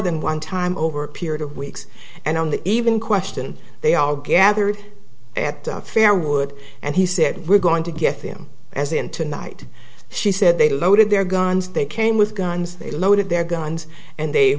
than one time over a period of weeks and on the even question they all gathered at the fair would and he said we're going we get them as in tonight she said they loaded their guns they came with guns they loaded their guns and they